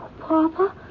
Papa